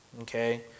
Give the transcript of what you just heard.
okay